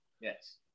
Yes